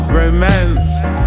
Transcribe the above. romanced